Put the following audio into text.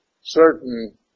certain